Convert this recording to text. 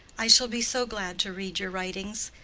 i shall be so glad to read your writings.